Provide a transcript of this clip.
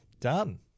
Done